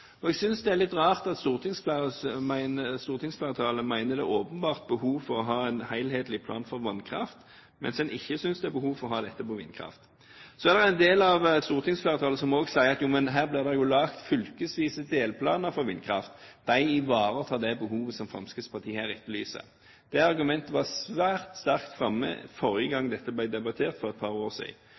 Jeg synes det er litt rart at stortingsflertallet mener det åpenbart er behov for å ha en helhetlig plan for vannkraft, mens en ikke synes det er behov for å ha det for vindkraft. En del av stortingsflertallet sier også at her blir det jo laget fylkesvise delplaner for vindkraft – de ivaretar det behovet som Fremskrittspartiet her etterlyser. Det argumentet var svært sterkt framme forrige gang dette ble debattert, for et par år